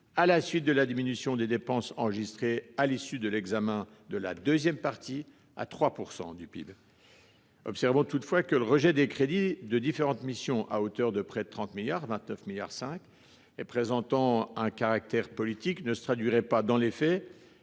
à la suite de la diminution des dépenses enregistrée à l’issue de l’examen de la seconde partie, à 3 % du PIB. Observons toutefois que le rejet des crédits de différentes missions, à hauteur de 29,5 milliards d’euros, revêt avant tout un caractère « politique » et ne se traduirait pas, dans les faits,